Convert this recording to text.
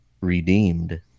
redeemed